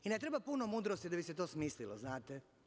Ne treba puno mudrosti da bi se to smislio, znate.